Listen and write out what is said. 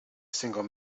single